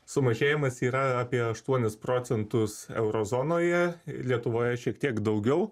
sumažėjimas yra apie aštuonis procentus euro zonoje lietuvoje šiek tiek daugiau